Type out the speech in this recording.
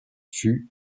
fut